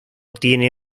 tiene